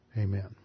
Amen